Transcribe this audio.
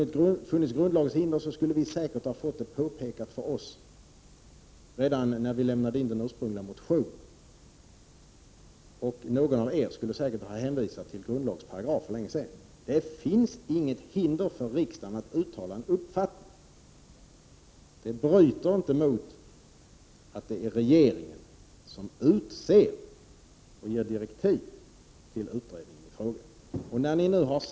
Hade något sådant funnits hade vi säkert fått påpekat för oss redan vid inlämnandet av den ursprungliga motionen att det inte gick för sig. Någon av er skulle säkert för länge sedan ha hänvisat till grundlagsparagrafen i fråga. Men det finns således inget hinder för riksdagen att uttala en uppfattning i frågan. Ett sådant förfarande har inget att göra med att det är regeringen som utser och ger direktiv till Prot. 1988/89:35 utredningen i frågan.